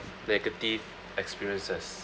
negative experiences